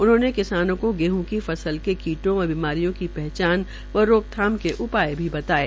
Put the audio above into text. उन्होंने किसानों को गेहं की फसल के कीटों व बीमारियों की पहचान व रोकथाम के उपाय भी बताये